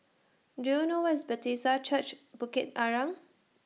Do YOU know Where IS Bethesda Church Bukit Arang